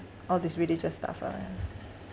all these religious stuff ah yeah